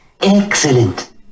Excellent